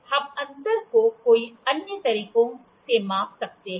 हम अंतर को कई अन्य तरीकों से माप सकते हैं